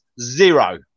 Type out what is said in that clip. zero